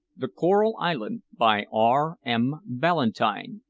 the coral island, by r m. ballantyne.